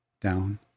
down